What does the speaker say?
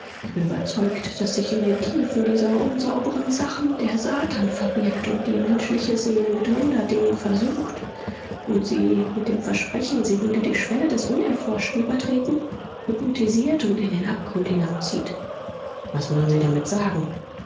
ich bin überzeugt daß sich in den tiefen dieser unsauberen sachen der satan verbirgt und die menschliche seele mit wunderdingen versucht und sie mit dem versprechen sie würde die schwelle des unerforschten übertreten hypnotisiert und in den abgrund hinabzieht was wollen sie damit sagen